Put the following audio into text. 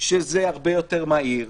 שזה הרבה יותר מהיר,